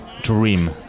dream